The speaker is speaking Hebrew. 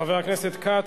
חבר הכנסת יעקב כץ,